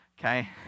okay